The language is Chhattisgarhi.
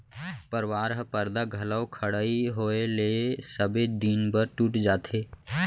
परवार ह परदा घलौ के खड़इ होय ले सबे दिन बर टूट जाथे